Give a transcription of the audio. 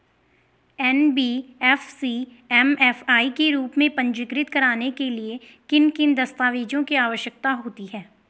NBFC MFI के रूप में पंजीकृत कराने के लिए किन किन दस्तावेज़ों की आवश्यकता होती है?